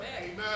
amen